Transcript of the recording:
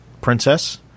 Princess